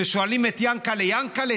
ששואלים את יענקל'ה: יענקל'ה,